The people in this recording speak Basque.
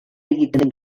egiten